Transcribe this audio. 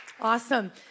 awesome